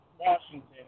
Washington